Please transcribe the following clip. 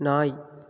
நாய்